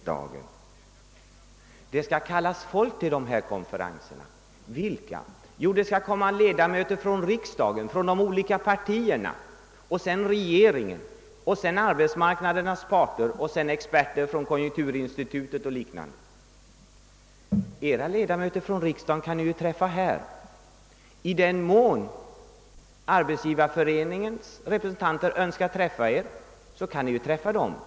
Det skall kallas folk till dessa konferenser. Vilka? Jo, det skall komma ledamöter från de olika partierna i riksdagen, från regeringen, arbetsmarknadens par ter, experter från konjunkturinstitutet och liknande. Era ledamöter från riksdagen kan ni ju träffa här. I den mån Arbetsgivareföreningens representanter önskar träffa er kan ni träffa dem.